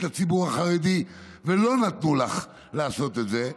תוכנית כלכלית לציבור החרדי ולא נתנו לך לעשות את זה,